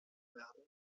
werden